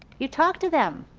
you talk to them,